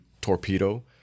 torpedo